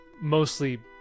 mostly